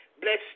Bless